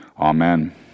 Amen